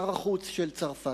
שר החוץ של צרפת,